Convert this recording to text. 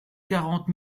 quarante